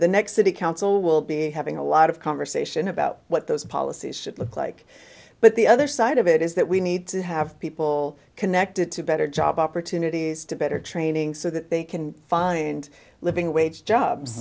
the next city council will be having a lot of conversation about what those policies should look like but the other side of it is that we need to have people connected to better job opportunities to better training so that they can find a living wage jobs